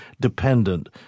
dependent